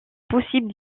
possible